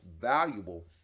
valuable